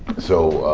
so,